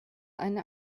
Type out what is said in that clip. eine